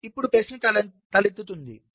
ఇప్పుడు ప్రశ్న తలెత్తుతుంది